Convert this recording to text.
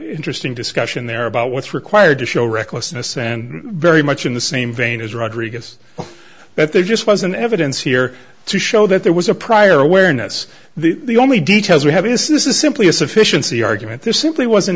interesting discussion there about what's required to show recklessness and very much in the same vein as rodriguez that there just wasn't evidence here to show that there was a prior awareness the only details we have is this is simply a sufficiency argument there simply wasn't